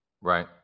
Right